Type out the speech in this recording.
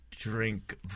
Drink